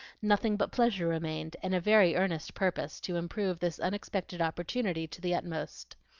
nothing but pleasure remained, and a very earnest purpose to improve this unexpected opportunity to the uttermost.